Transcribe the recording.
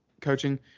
coaching